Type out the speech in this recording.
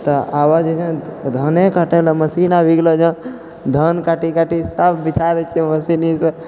तऽ आबऽ जे छै धाने कटेलै मशीन आबि गेलौ छौ धान काटि काटि सब बिका छै वैसनिसँ